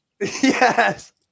Yes